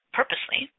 purposely